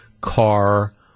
car